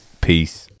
peace